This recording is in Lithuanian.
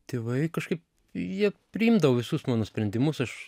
tėvai kažkaip jie priimdavo visus mano sprendimus aš